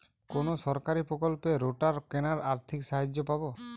কোন সরকারী প্রকল্পে রোটার কেনার আর্থিক সাহায্য পাব?